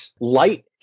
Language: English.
light